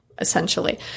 essentially